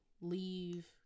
leave